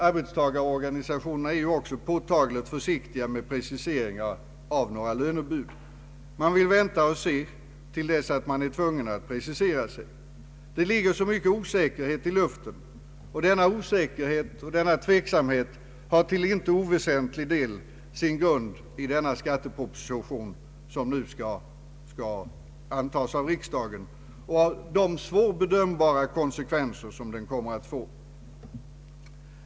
Arbetstagarorganisationerna är också påtagligt försiktiga med preciseringar av några lönebud. Man vill vänta och se till dess att man är tvungen att ta ställning. Det ligger så mycken osäkerhet i luften, och denna osäkerhet och tveksamhet har till inte oväsentlig del sin grund i den skatteproposition som nu skall antas av riksdagen och de svårbedömbara konsekvenser som den kommer att få.